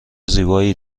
زیبایی